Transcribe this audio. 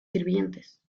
sirvientes